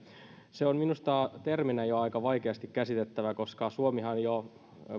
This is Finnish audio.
se on minusta jo terminä aika vaikeasti käsitettävä koska suomihan jo